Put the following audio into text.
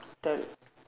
tell a